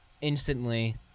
instantly